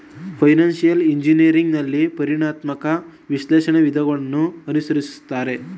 financial engineering ನಲ್ಲಿ ಪರಿಣಾಮಾತ್ಮಕ ವಿಶ್ಲೇಷಣೆ ವಿಧಾನವನ್ನು ಅನುಸರಿಸುತ್ತಾರೆ